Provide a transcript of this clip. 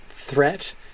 threat